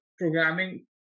programming